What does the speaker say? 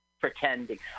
pretending